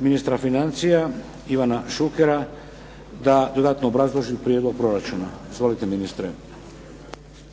ministra financija Ivana Šukera da dodatno obrazloži prijedlog proračuna. Izvolite, ministre.